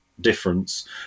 difference